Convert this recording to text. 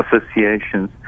associations